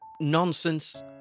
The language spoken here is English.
nonsense